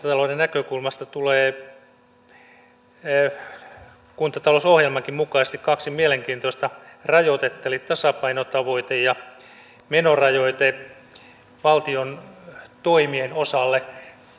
kuntatalouden näkökulmasta tulee kuntatalousohjelmankin mukaisesti kaksi mielenkiintoista rajoitetta eli tasapainotavoite ja menorajoite valtion toimien osalle